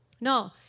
No